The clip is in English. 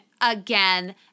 again